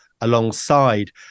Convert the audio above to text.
alongside